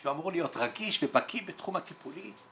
שהוא אמור להיות רגיש ובקיא בתחום הטיפולי,